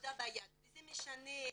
עבודה ביד, וזה משנה הרבה.